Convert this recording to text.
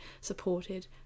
supported